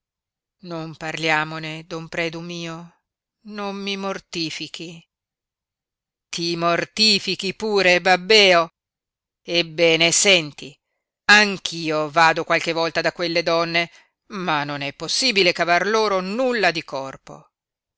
non parliamone don predu mio non mi mortifichi ti mortifichi pure babbeo ebbene senti anch'io vado qualche volta da quelle donne ma non è possibile cavar loro nulla di corpo